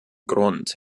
grund